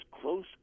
close